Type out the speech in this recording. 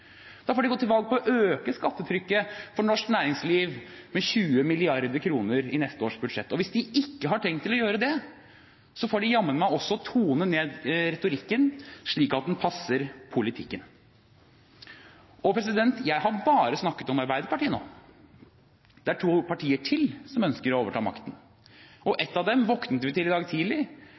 da – da får de gå til valg på å øke skattetrykket for norsk næringsliv med 20 mrd. kr i neste års budsjett. Hvis de ikke har tenkt å gjøre det, får de jammen også tone ned retorikken, slik at den passer til politikken. Jeg har nå bare snakket om Arbeiderpartiet. Det er to partier til som ønsker å overta makten. Ett av dem våknet vi til i dag tidlig: